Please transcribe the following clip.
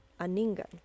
Aningan